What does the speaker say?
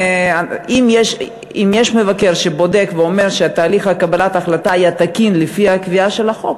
אם מבקר בודק ואומר שתהליך קבלת ההחלטה היה תקין לפי הקביעה של החוק,